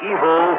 Evil